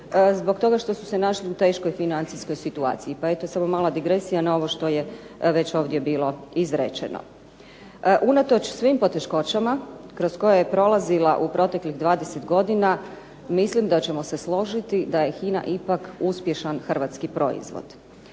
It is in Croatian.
zbog toga što su se našli u teškoj financijskoj situaciji. Pa eto samo mala digresija na ovo što je već ovdje bilo izrečeno. Unatoč svim poteškoćama kroz koje je prolazila u proteklih 20 godina, mislim da ćemo se složiti da je HINA ipak uspješan hrvatski proizvod,